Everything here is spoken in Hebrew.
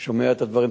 אתה שומע את הדברים.